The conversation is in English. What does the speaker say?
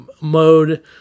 mode